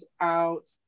out